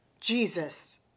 Jesus